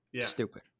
Stupid